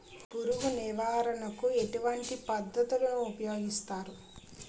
పురుగు నివారణ కు ఎటువంటి పద్ధతులు ఊపయోగిస్తారు?